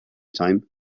time